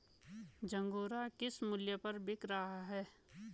झंगोरा किस मूल्य पर बिक रहा है?